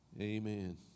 Amen